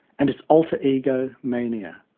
and its alter ego, mania.